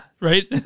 right